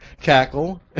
cackle